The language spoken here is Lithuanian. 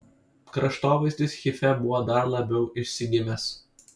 kraštovaizdis hife buvo dar labiau išsigimęs